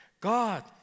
God